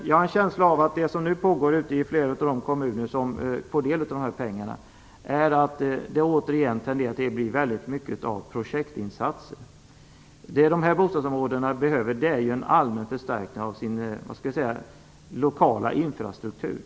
Jag har en känsla av det som nu pågår i flera av de kommuner som får del av dessa pengar är att det återigen tenderar att bli väldigt mycket av projektinsatser. Dessa bostadsområden behöver en allmän förstärkning av sin lokala infrastruktur.